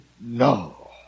No